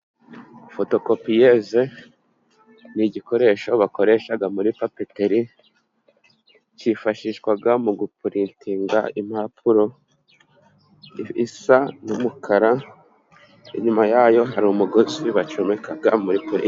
Fotokopiyeze ni igikoresho bakoresha muri papeteri, cyifashishwa mu gupuretinga impapuro, isa n'umukara inyuma yayo hari umugozi bacomeka muri purize.